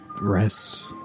rest